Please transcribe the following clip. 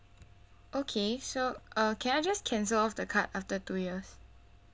okay so uh can I just cancel off the card after two years